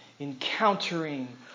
Encountering